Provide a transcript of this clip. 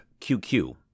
QQ